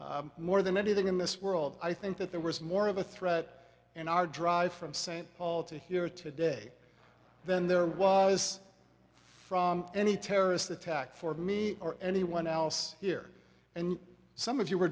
more than anything in this world i think that there was more of a threat in our drive from st paul to here today than there was any terrorist attack for me or anyone else here and some of you were